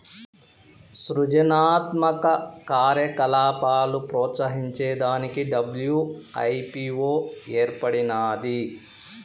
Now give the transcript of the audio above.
సృజనాత్మక కార్యకలాపాలు ప్రోత్సహించే దానికి డబ్ల్యూ.ఐ.పీ.వో ఏర్పడినాది